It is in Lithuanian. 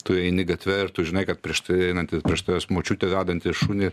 tu eini gatve ir tu žinai kad prieš tave einanti prieš tavęs močiutė vedanti šunį